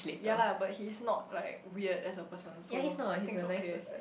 ya lah but he's not like weird as a person so think it's okay